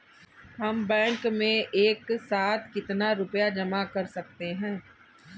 हम बैंक में एक साथ कितना रुपया जमा कर सकते हैं?